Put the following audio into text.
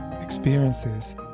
experiences